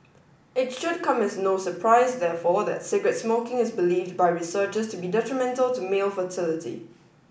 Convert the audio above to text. it should come as no surprise therefore that cigarette smoking is believed by researchers to be detrimental to male fertility